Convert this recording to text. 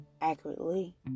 accurately